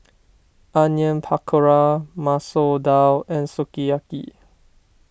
Onion Pakora Masoor Dal and Sukiyaki